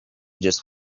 just